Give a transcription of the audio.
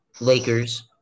Lakers